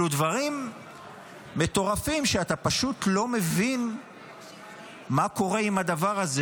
דברים מטורפים שאתה פשוט לא מבין מה קורה עם הדבר הזה,